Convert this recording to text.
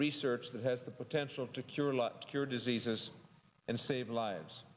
research that has the potential to cure a lot cure diseases and save lives